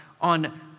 on